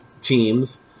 teams